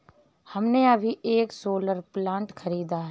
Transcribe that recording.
हमने अभी एक सोलर प्लांट खरीदा है